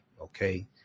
Okay